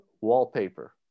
wallpaper